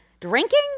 drinking